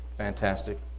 Fantastic